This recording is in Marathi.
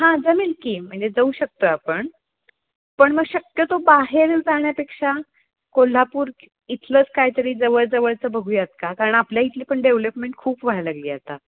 हां जमेल की म्हणजे जाऊ शकतो आपण पण मग शक्यतो बाहेर जाण्यापेक्षा कोल्हापूर इथलंच काहीतरी जवळ जवळचं बघूयात का कारण आपल्या इथली पण डेव्हलपमेंट खूप व्हायला लागली आता